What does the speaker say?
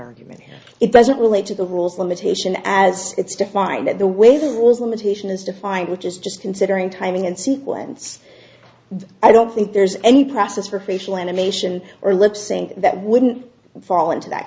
argument it doesn't relate to the rules limitation as it's defined in the way the rules limitation is defined which is just considering timing and sequence i don't think there's any process for facial animation or lip sync that wouldn't fall into that